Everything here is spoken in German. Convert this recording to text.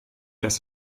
dass